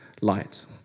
light